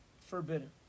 forbidden